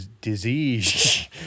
Disease